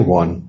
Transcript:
one